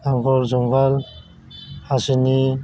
नांगाल जुंगाल हासिनि